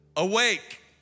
Awake